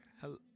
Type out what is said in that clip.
hello